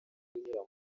unyura